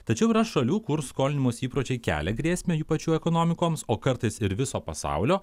tačiau yra šalių kur skolinimosi įpročiai kelia grėsmę ypaš jų ekonomikoms o kartais ir viso pasaulio